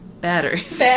Batteries